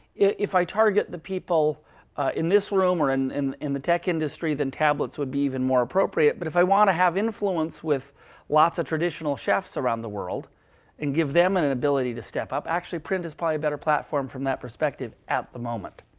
if i target the people in this room or and in in the tech industry, then tablets would be even more appropriate. but if i want to have influence with lots of traditional chefs around the world and give them and an ability to step up, actually print is probably a better platform from that perspective at the moment.